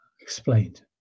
explained